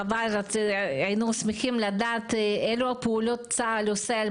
חבל היינו שמחים לדעת אילו פעולות צה"ל עושה על